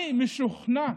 אני משוכנע,